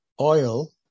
oil